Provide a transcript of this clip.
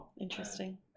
Interesting